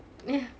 ya